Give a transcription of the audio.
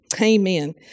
Amen